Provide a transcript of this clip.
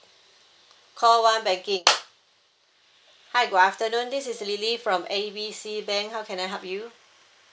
call one banking hi good afternoon this is lily from A B C bank how can I help you